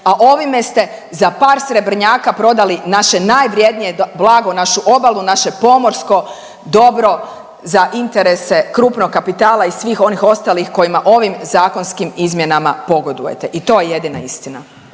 a ovime ste za par srebrnjaka prodali naše najvrijednije blago, našu obalu, naše pomorsko dobro za interese krupnog kapitala i svih onih ostalih kojima ovim zakonskim izmjenama pogodujete i to je jedina istina.